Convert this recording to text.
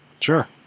Sure